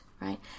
right